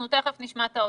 תכף נשמע את האוצר.